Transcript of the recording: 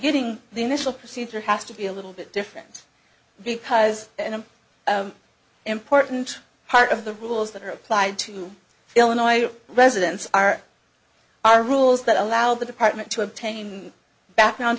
ning the initial procedure has to be a little bit different because and the important part of the rules that are applied to illinois residents are our rules that allow the department to obtain background